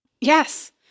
Yes